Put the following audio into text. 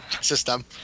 system